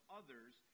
others